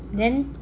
then